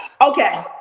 Okay